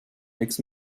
makes